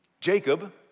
Jacob